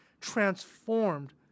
transformed